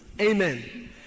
amen